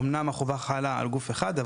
אמנם החובה חלה על גוף אחד,